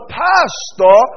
pastor